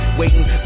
waiting